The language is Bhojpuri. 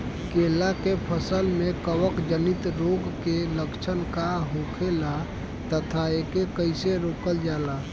केला के फसल में कवक जनित रोग के लक्षण का होखेला तथा एके कइसे रोकल जाला?